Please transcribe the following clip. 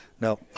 No